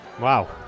Wow